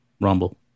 Rumble